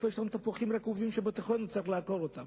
איפה יש לנו תפוחים רקובים בתוכנו שצריך לעקור אותם.